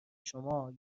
شما